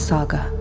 Saga